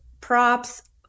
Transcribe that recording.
props